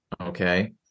okay